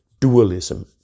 Dualism